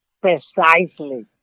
Precisely